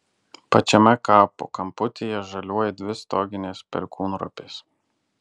pačiame kapo kamputyje žaliuoja dvi stoginės perkūnropės